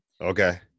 Okay